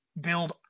build